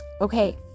Okay